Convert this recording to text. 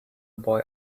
boy